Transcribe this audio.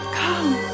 come